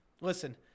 Listen